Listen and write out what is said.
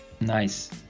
Nice